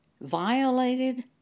violated